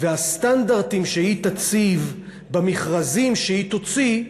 והסטנדרטים שהיא תציב במכרזים שהיא תוציא,